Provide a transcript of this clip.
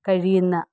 കഴിയുന്ന